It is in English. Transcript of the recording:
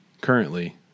currently